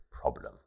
problem